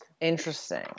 interesting